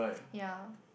ya